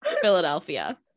Philadelphia